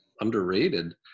underrated